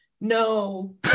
no